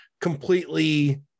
completely